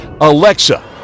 Alexa